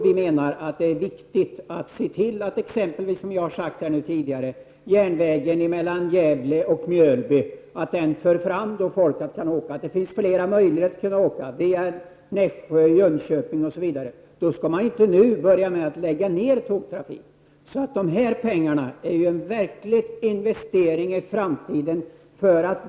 Vi menar att det är viktigt att se till att, som jag har sagt, folk skall kunna åka på exempelvis järnvägen mellan Gävle och Mjölby. Det skall finnas flera möjligheter att åka — via Nässjö, Jönköping osv. Då skall man inte nu börja med att lägga ned tågtrafik. De här pengarna är ju en verklig investering för framtiden.